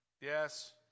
Yes